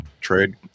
trade